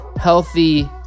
healthy